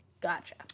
Gotcha